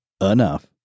enough